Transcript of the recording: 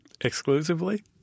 Exclusively